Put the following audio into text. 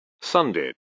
sunday